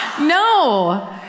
no